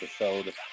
episode